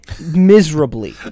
miserably